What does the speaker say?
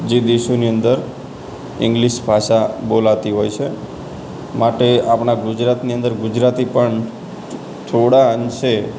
જે દેશોની અંદર ઇંગ્લિસ ભાષા બોલાતી હોય છે માટે આપણાં ગુજરાતની અંદર ગુજરાતી પણ થોડા અંશે